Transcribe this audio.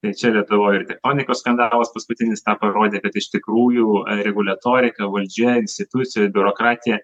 tai čia lietuvoj teltonikos skandalas paskutinis tą parodė kad iš tikrųjų reguliaritorika valdžia institucijų biurokratija